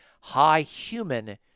high-human